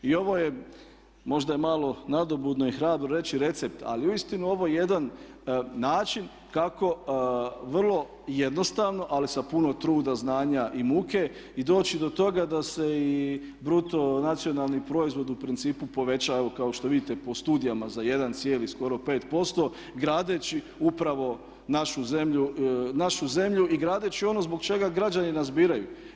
I ovo je, možda je malo nadobudno i hrabro reći recept, ali uistinu ovo je jedan način kako vrlo jednostavno ali sa puno truda, znanja i muke i doći do toga da se i bruto nacionalni proizvod u principu povećava kao što vidite po studijama za 1,5% gradeći upravo našu zemlju i gradeći ono zbog čega građani nas biraju.